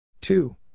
Two